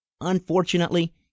Unfortunately